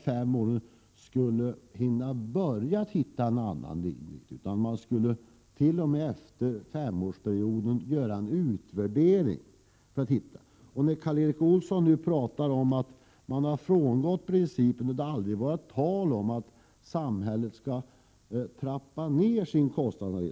När Karl Erik Olsson nu talar om att man frångått principen vill jag säga att det aldrig har varit tal om att samhället skulle trappa ner sitt ansvar.